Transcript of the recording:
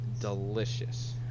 delicious